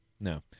No